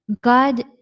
God